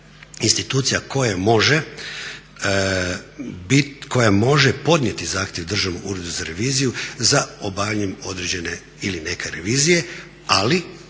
institucija koja može podnijeti zahtjev Državnom uredu za reviziju za obavljanje određene ili neke revizije, ali